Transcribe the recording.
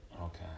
Okay